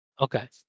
Okay